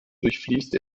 durchfließt